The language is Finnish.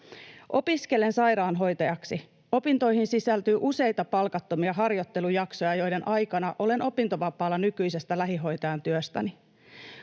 ”Opiskelen sairaanhoitajaksi. Opintoihin sisältyy useita palkattomia harjoittelujaksoja, joiden aikana olen opintovapaalla nykyisestä lähihoitajan työstäni.